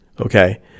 Okay